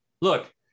look